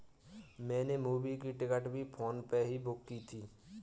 मैंने मूवी की टिकट भी फोन पे से ही बुक की थी